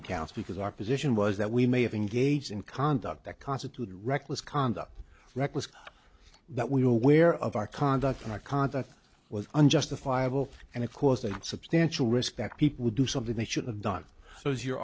counts because our position was that we may have engaged in conduct that constituted reckless conduct reckless that we're aware of our conduct cannot conduct was unjustifiable and it caused a substantial risk that people would do something they should have done so as your